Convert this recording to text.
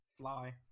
fly